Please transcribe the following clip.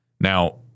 Now